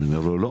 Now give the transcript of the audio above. אני אומר לו לא,